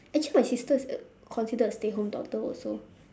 actually my sister is considered a stay home daughter also